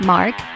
Mark